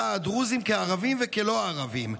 "הדרוזים בישראל כערבים וכלא-ערבים".